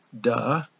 Duh